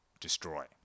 destroy